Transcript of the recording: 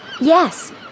Yes